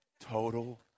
Total